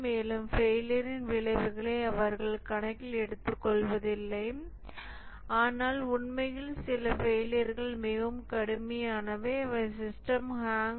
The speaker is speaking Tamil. மேலும் ஃபெயிலியரின் விளைவுகளை அவர்கள் கணக்கில் எடுத்துக்கொள்வதில்லை ஆனால் உண்மையில் சில ஃபெயிலியர்கள் மிகவும் கடுமையானவை அவை சிஸ்டம் ஹாங்ஸ்